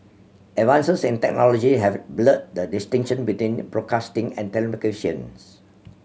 advances in technology have blurred the distinction between broadcasting and telecommunications